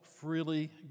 freely